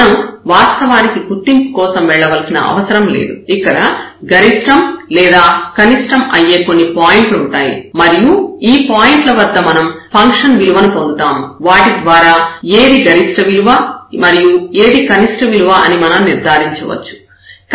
మనం వాస్తవానికి గుర్తింపు కోసం వెళ్ళవలసిన అవసరం లేదు ఇక్కడ గరిష్టం లేదా కనిష్టం అయ్యే కొన్ని పాయింట్లు ఉంటాయి మరియు ఆ పాయింట్ల వద్ద మనం ఫంక్షన్ విలువను పొందుతాము వాటి ద్వారా ఏది గరిష్ట విలువ మరియు ఏది కనిష్ట విలువ అని మనం నిర్ధారించవచ్చు